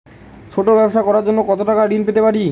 ছোট ব্যাবসা করার জন্য কতো টাকা ঋন পেতে পারি?